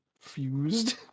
fused